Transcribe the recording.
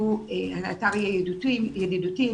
האתר יהיה ידידותי.